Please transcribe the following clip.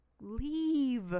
leave